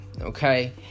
okay